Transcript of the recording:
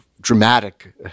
dramatic